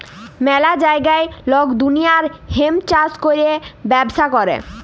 ম্যালা জাগায় লক দুলিয়ার হেম্প চাষ ক্যরে ব্যবচ্ছা ক্যরে